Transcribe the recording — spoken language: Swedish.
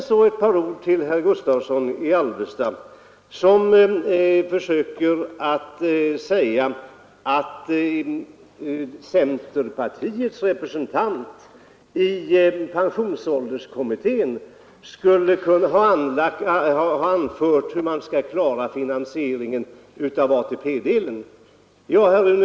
Så ett par ord till herr Gustavsson i Alvesta, som gör gällande att centerpartiets representant i pensionsålderskommittén skulle ha redogjort för hur man skall kunna klara finansieringen av ATP-delen.